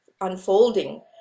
unfolding